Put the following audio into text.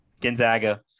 Gonzaga –